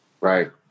right